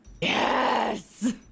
Yes